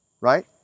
right